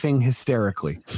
hysterically